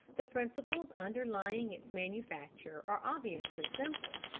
the principles underlying its manufacture are obviously simple,